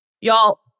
Y'all